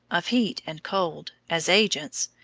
of heat and cold, as agents,